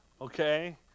Okay